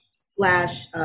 slash